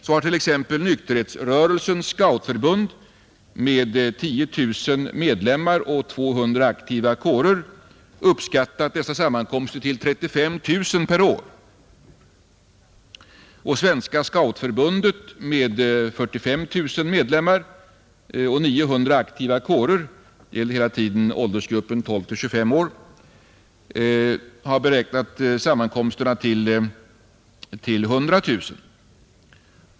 Så har t.ex. Nykterhetsrörelsens scoutförbund med 10 000 medlemmar och 200 aktiva kårer uppskattat dessa sammankomster till 35 000 per år. Svenska scoutförbundet med 45 000 medlemmar och 900 aktiva kårer — det gäller hela tiden åldersgruppen 12—25 år — har beräknat sammankomsterna till 100 000.